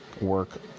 work